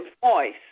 voice